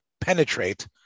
penetrate